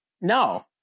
No